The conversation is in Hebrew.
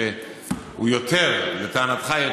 לטענתך,